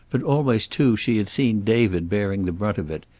but always too she had seen david bearing the brunt of it.